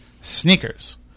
sneakers